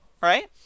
Right